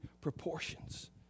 proportions